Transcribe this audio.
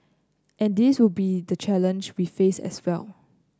and this will be the challenge we face as well